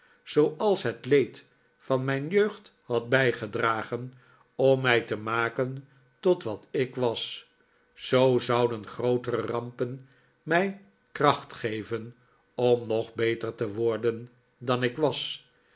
zooals het leed van mijn jeugd had bijgedragen om mij te maken tot wat ik was zoo zouden grootere rampen mij kracht geven om nog beter te worden dan ik was